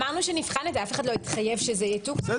אמרנו שנבחן את זה, אף אחד לא התחייב שזה יתוקן.